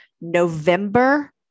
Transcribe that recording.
November